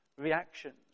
reactions